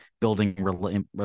building